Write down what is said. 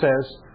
says